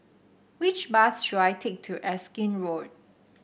which bus should I take to Erskine Road